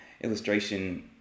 illustration